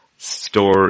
Store